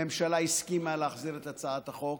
הממשלה הסכימה להחזיר את הצעת החוק.